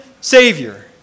Savior